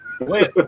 wait